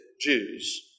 Jews